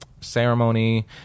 ceremony